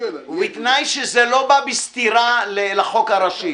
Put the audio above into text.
ובתנאי שזה לא בא בסתירה לחוק הראשי.